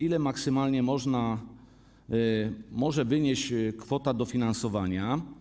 Ile maksymalnie może wynieść kwota dofinansowania?